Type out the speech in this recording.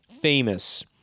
famous